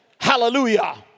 Hallelujah